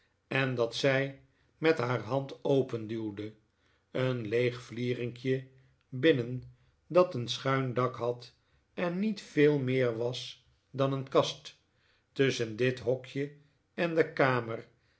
en dat zij met haar hand openduwde een leeg vlierinkje binnen dat een schuin dak had en niet veel meer was dan een kast tusschen dit hokje en de kamer